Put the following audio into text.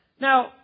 Now